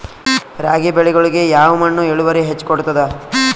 ರಾಗಿ ಬೆಳಿಗೊಳಿಗಿ ಯಾವ ಮಣ್ಣು ಇಳುವರಿ ಹೆಚ್ ಕೊಡ್ತದ?